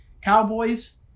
Cowboys